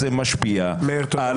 להגיד על